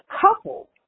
couple